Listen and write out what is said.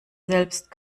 selbst